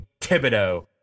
Thibodeau